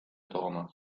tooma